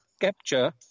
capture